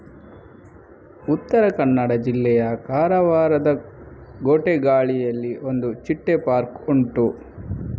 ಉತ್ತರ ಕನ್ನಡ ಜಿಲ್ಲೆಯ ಕಾರವಾರದ ಗೋಟೆಗಾಳಿಯಲ್ಲಿ ಒಂದು ಚಿಟ್ಟೆ ಪಾರ್ಕ್ ಉಂಟು